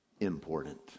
important